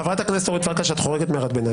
חברת הכנסת אורית פרקש, את חורגת מהערת ביניים.